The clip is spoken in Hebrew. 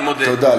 אני מודה.